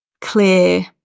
clear